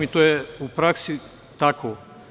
To je u praksi tako.